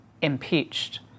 impeached